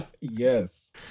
Yes